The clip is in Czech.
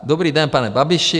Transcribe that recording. Dobrý den, pane Babiši.